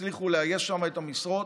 יצליחו לאייש שם את המשרות.